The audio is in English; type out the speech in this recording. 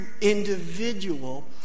individual